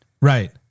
right